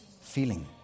feeling